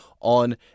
on